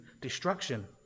destruction